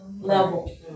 level